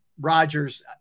Rodgers